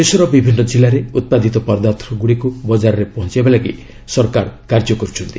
ଦେଶର ବିଭିନ୍ନ ଜିଲ୍ଲାରେ ଉତ୍ପାଦିତ ପଦାର୍ଥଗୁଡ଼ିକୁ ବଜାରରେ ପହଞ୍ଚାଇବା ପାଇଁ ସରକାର କାର୍ଯ୍ୟ କର୍ଚ୍ଚନ୍ତି